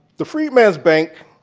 the freedman's bank,